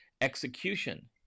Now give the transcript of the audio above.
execution